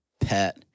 pet